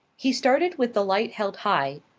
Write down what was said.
he started with the light held high.